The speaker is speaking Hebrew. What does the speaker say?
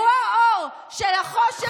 תגידי, הוא האור של החושך שאתם הכנסתם אותנו אליו.